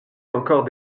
encore